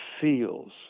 feels